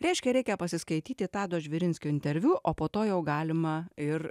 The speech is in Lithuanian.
reiškia reikia pasiskaityti tado žvirinskio interviu o po to jau galima ir